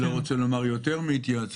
אני לא רוצה לומר יותר מהתייעצות.